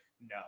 no